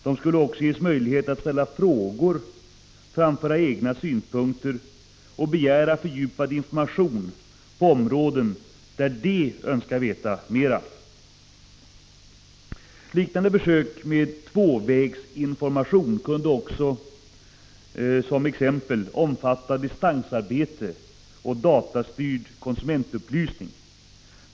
De skulle också ges möjlighet att ställa frågor, framföra egna synpunkter och begära fördjupad information på områden där de önskar veta mera. Liknande försök med tvåvägsinformation kunde också exempelvis omfatta distansarbete och datastyrd konsumentupplysning.